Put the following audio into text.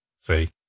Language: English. See